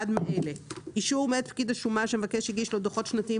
אחד מאלה: אישור מאת פקיד השומה שהמבקש הגיש לו דוחות שנתיים